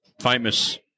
famous